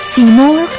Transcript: Seymour